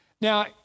Now